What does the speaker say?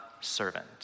servant